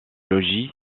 logis